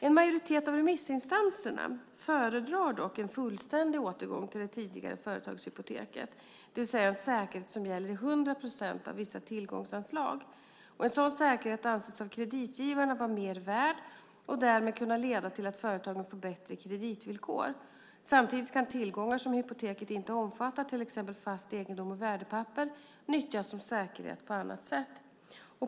En majoritet av remissinstanserna föredrar dock en fullständig återgång till det tidigare företagshypoteket, det vill säga en säkerhet som gäller i 100 procent av vissa tillgångsslag. En sådan säkerhet anses av kreditgivarna vara mer värd och därmed kunna leda till att företagen får bättre kreditvillkor. Samtidigt kan tillgångar som hypoteket inte omfattar, till exempel fast egendom och värdepapper, nyttjas som säkerhet på annat sätt.